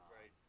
Right